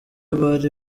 bari